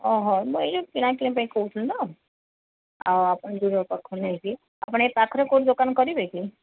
ଅ ହଉ ମୁଁ ଏଇ ଯୋଉ କିଣା କିଣି ପାଇଁ କହୁଥିଲି ତ ଆଉ ଆପଣ ଆପଣ ଏଇ ପାଖରେ କୋଉଠି କରିବେ କି